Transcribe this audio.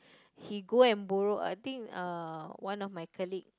he go and borrow I think uh one of my colleague